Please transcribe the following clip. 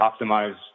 optimize